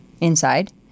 inside